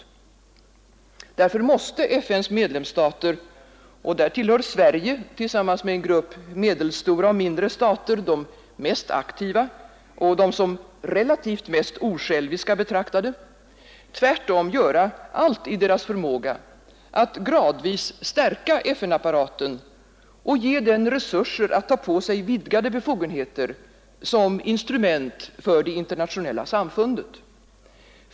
Därför måste FN:s medlemsstater — och där tillhör Sverige tillsammans med en grupp medelstora och mindre stater de mest aktiva och de som relativt mest osjälviska betraktade — tvärtom göra allt i sin förmåga att gradvis stärka FN-apparaten och ge den resurser att ta på sig vidgade befogenheter som instrument för det internationella samfundet.